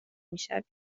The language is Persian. میشویم